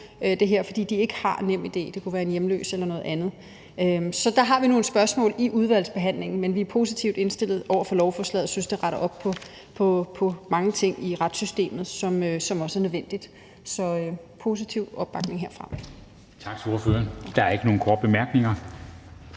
fordi de ikke har NemID – det kunne være en hjemløs eller noget andet. Så der har vi nogle spørgsmål i udvalgsbehandlingen. Men vi er positivt indstillet over for lovforslaget og synes, det retter op på mange ting i retssystemet, som også er nødvendigt. Så der er positiv opbakning herfra. Kl. 16:31 Formanden (Henrik